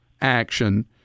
action